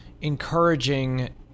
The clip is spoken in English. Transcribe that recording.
encouraging